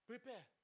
Prepare